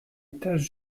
tache